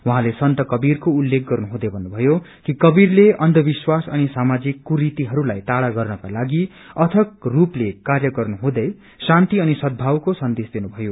उहाँले संत कवीरको उल्लेख गर्नु हुँदै भन्नुभ्नयो कि कवीरले अंधविश्वास असनि सामाजिक कुरीतिहरूलाई टाड़ा गर्नको लागि अथक रूपले कार्य र्नुहुँदै शान्ति अनि सद्भावको सन्देश दिनु भयो